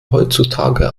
heutzutage